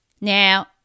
Now